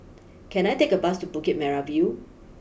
can I take a bus to Bukit Merah view